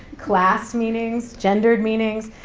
class meanings, gendered meanings,